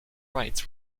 rights